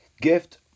gift